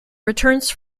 returns